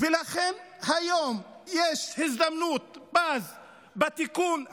לכן היום יש הזדמנות פז בתיקון הזה.